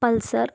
pulsar